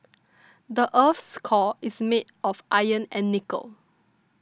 the earth's core is made of iron and nickel